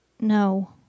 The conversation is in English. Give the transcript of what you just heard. No